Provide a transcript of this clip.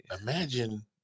Imagine